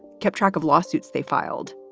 kept track of lawsuits they filed.